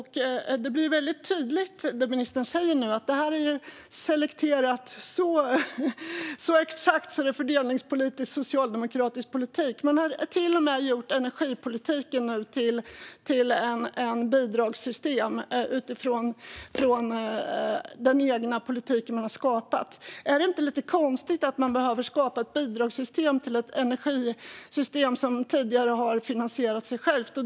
Det blir väldigt tydligt med det som ministern säger nu att det här är selekterat så exakt och är socialdemokratisk fördelningspolitik. Man har till och med gjort energipolitiken till ett bidragssystem utifrån den egna politik som man har skapat. Är det inte lite konstigt att man behöver skapa ett bidragssystem till ett energisystem som tidigare har finansierat sig självt?